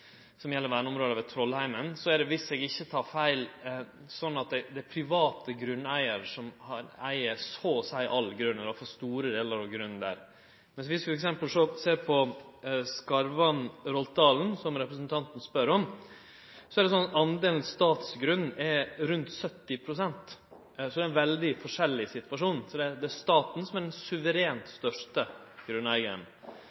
gjeld verneområda ved Trollheimen, er det – viss eg ikkje tek feil – slik at det er ein privat grunneigar som eig så å seie all grunn, iallfall store delar av grunnen, der. Viss vi t.d. ser på Skarvan–Roltdalen, som representanten spør om, er det slik at delen statsgrunn er rundt 70 pst. Det er ein veldig forskjellig situasjon. Det er staten som er den suverent